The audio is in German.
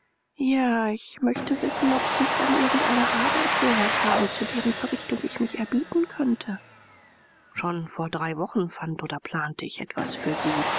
ja ich möchte wissen ob sie von irgend einer arbeit gehört haben zu deren verrichtung ich mich erbieten könnte schon vor drei wochen fand oder plante ich etwas für sie